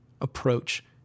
approach